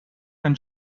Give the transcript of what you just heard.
than